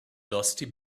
dusty